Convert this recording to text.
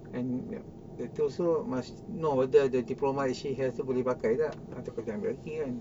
and also must know whether the diploma if she has tu boleh pakai tak nanti kena ambil lagi kan